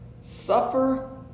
Suffer